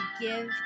give